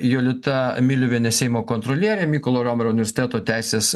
julita miliuvienė seimo kontrolierė mykolo romerio universiteto teisės